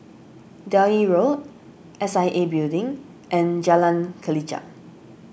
Delhi Road S I A Building and Jalan Kelichap